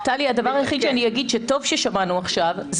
הדבר היחיד שאני אגיד שטוב ששמענו עכשיו,